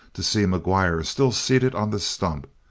to see mcguire still seated on the stump,